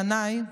בעיניי,